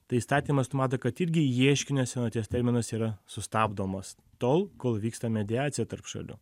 tai įstatymas numato kad irgi ieškinio senaties terminas yra sustabdomos tol kol vyksta mediacija tarp šalių